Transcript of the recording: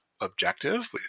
objective